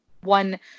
one